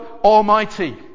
Almighty